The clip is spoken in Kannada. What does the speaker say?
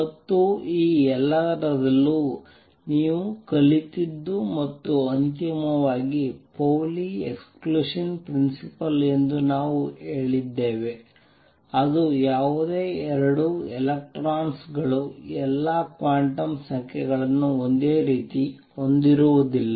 ಮತ್ತು ಈ ಎಲ್ಲದರಲ್ಲೂ ನೀವು ಕಲಿತದ್ದು ಮತ್ತು ಅಂತಿಮವಾಗಿ ಪೌಲಿ ಎಕ್ಸ್ಕ್ಲೂಷನ್ ಪ್ರಿನ್ಸಿಪಲ್ ಎಂದು ನಾವು ಹೇಳಿದ್ದೇವೆ ಅದು ಯಾವುದೇ 2 ಎಲೆಕ್ಟ್ರಾನ್ಗಳು ಎಲ್ಲಾ ಕ್ವಾಂಟಮ್ ಸಂಖ್ಯೆಗಳನ್ನು ಒಂದೇ ರೀತಿ ಹೊಂದಿರುವುದಿಲ್ಲ